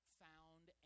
found